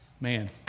Man